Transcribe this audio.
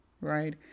right